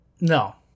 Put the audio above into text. No